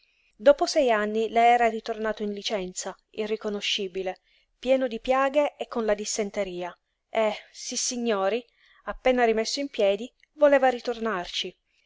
dopo sei anni le era ritornato in licenza irriconoscibile pieno di piaghe e con la dissenteria e sissignori appena rimesso in piedi voleva ritornarci